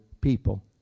people